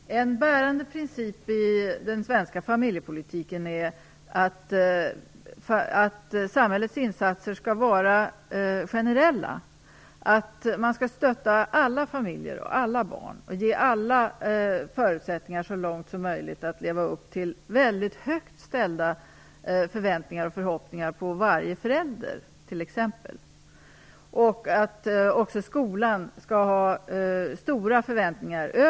Herr talman! En bärande princip för den svenska familjepolitiken är att samhällets insatser skall vara generella, att man skall stötta alla familjer och alla barn. Man skall ge alla förutsättningar att så långt som möjligt leva upp till väldigt högt ställda förväntningar och förhoppningar på varje förälder. Alla skolor i hela landet skall också ha väldigt stora förväntningar.